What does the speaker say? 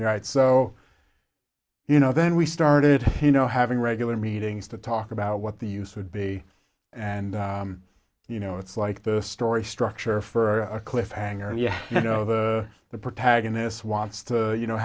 right so you know then we started you know having regular meetings to talk about what the use would be and you know it's like the story structure for a cliffhanger you know the protagonist wants to you know